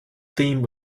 theme